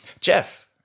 Jeff